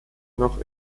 noch